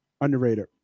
Underrated